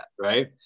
Right